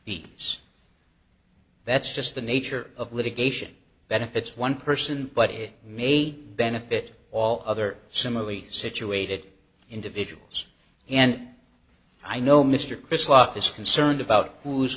these that's just the nature of litigation benefits one person but it may benefit all other similarly situated individuals and i know mr chris luck is concerned about who's